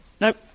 Nope